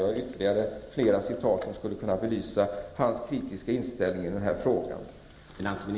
Jag har ytterligare citat som skulle kunna belysa Bengt Westerbergs kritiska inställning i frågan.